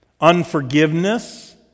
unforgiveness